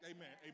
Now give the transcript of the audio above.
Amen